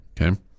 Okay